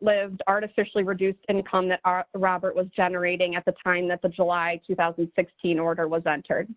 lived artificially reduced income that our robert was generating at the time that the july two thousand and sixteen order wasn't heard